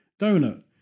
Donut